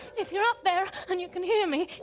if you're up there and you can hear me,